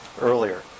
earlier